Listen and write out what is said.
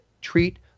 treat